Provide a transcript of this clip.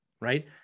right